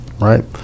right